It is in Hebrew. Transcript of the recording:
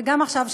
וגם עכשיו,